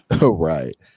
Right